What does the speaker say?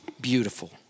beautiful